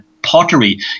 pottery